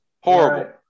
horrible